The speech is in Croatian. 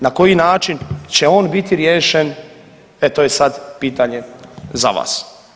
Na koji način će on biti riješen e to je sad pitanje za vas.